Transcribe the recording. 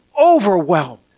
overwhelmed